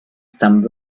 some